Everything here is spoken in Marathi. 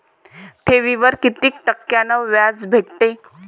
ठेवीवर कितीक टक्क्यान व्याज भेटते?